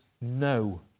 no